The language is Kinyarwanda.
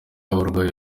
abarwayi